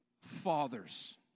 fathers